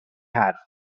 حرف